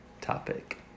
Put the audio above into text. topic